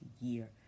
year